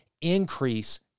increase